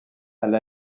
elle